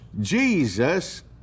Jesus